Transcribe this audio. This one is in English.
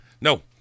No